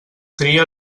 tria